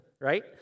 right